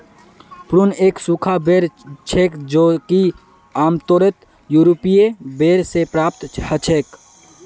prune एक सूखा बेर छेक जो कि आमतौरत यूरोपीय बेर से प्राप्त हछेक